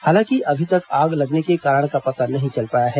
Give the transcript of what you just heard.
हालांकि अभी तक आग लगने के कारण का पता नहीं चल पाया है